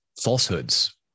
falsehoods